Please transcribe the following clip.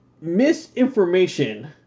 misinformation